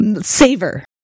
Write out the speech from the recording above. savor